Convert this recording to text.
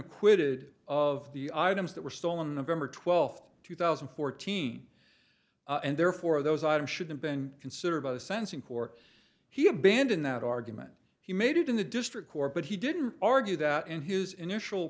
acquitted of the items that were stolen november twelfth two thousand and fourteen and therefore those items should have been considered sensing for he abandoned that argument he made it in the district court but he didn't argue that in his initial